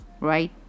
right